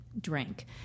drink